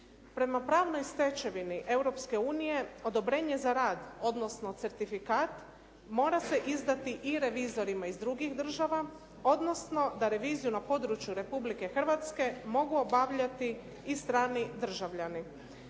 Prema pravnoj stečevini Europske unije odobrenje za rad, odnosno certifikat mora se izdati i revizorima iz drugih država, odnosno da reviziju na području Republike Hrvatske mogu obavljati i strani državljani.